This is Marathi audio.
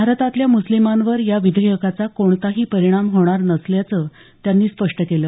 भारतातल्या मुस्लिमांवर या विधेयकाचा कोणताही परिणाम होणार नसल्याचं त्यांनी स्पष्ट केलं